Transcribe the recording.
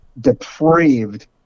depraved